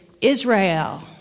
Israel